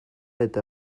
eta